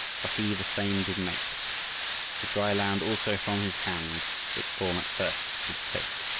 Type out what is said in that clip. for he the same did make the dry land also from his hand its form at first did take.